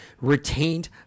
retained